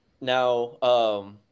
Now –